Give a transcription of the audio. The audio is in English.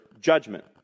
judgment